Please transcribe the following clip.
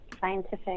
scientific